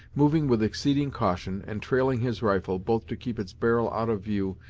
moving with exceeding caution, and trailing his rifle, both to keep its barrel out of view,